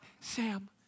Sam